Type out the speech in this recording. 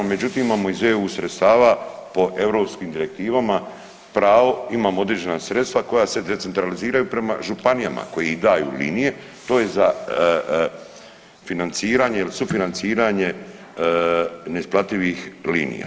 Međutim, imamo iz EU sredstava po europskim direktivama pravo, imamo određena sredstva koja se decentraliziraju prema županijama koje daju linije to je za financiranje ili sufinanciranje neisplativih linija.